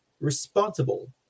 responsible